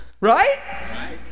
Right